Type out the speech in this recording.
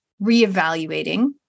reevaluating